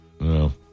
no